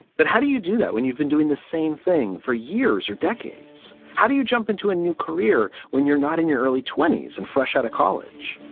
but how do you do that when you've been doing the same thing for years or decades? how do you jump into a new career when you're not in your early twenty s and fresh out of college?